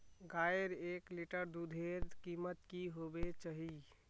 गायेर एक लीटर दूधेर कीमत की होबे चही?